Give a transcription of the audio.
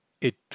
It